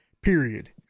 period